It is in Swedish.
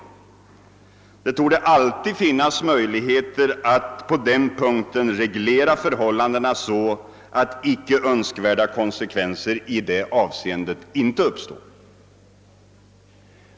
Det torde alltid finnas möjligheter att på den punkten reglera förhållandena så, att icke önskvärda konsekvenser i detta avseende inte uppstår.